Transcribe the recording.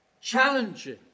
challenging